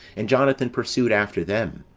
and jonathan pursued after them,